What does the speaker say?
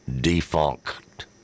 defunct